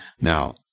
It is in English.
Now